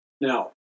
Now